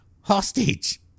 hostage